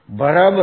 બરાબર ને